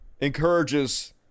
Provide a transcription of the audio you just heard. encourages